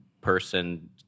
person